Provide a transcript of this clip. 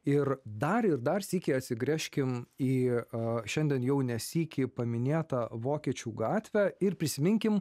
ir dar ir dar sykį atsigręžkim į šiandien jau ne sykį paminėtą vokiečių gatvę ir prisiminkim